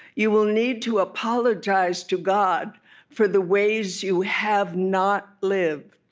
you will need to apologize to god for the ways you have not lived